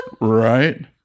Right